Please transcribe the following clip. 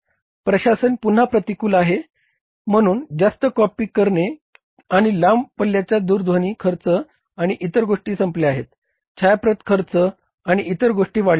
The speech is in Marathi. प्रशासन पुन्हा प्रतिकूल आहे म्हणून जास्त कॉपी करणे आणि लांब पल्ल्याचा दूरध्वनी खर्च आणि इतर गोष्टी संपल्या आहेत छायाप्रती खर्च आणि इतर गोष्टी वाढल्या आहेत